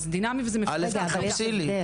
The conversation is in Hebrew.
אז תחפשי לי.